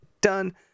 done